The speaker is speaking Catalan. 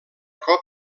cop